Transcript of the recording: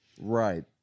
Right